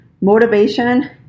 motivation